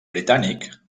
britànic